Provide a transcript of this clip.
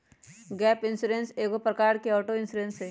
gap insurance एगो प्रकार के ऑटो इंश्योरेंस हइ